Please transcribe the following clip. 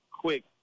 quick